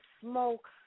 smoke